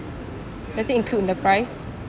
does it include in the price